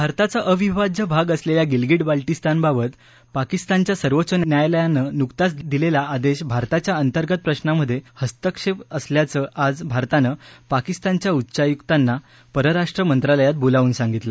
भारताचा अविभाज्य भाग असलेल्या गिलगीट बाल्टीस्तानबाबत पाकिस्तानच्या सर्वोच्च न्यायालयानं नुकताच दिलेला आदेश भारताच्या अंतर्गत प्रश्नामध्ये हस्तक्षेप असल्याचं आज भारतानं पाकिस्तानच्या उच्चायुक्तांना परराष्ट्र मंत्रालयात बोलावून सांगितलं